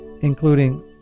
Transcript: including